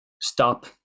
stop